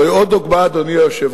זוהי עוד דוגמה, אדוני היושב-ראש,